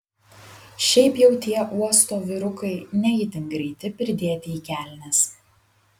šiaip jau tie uosto vyrukai ne itin greiti pridėti į kelnes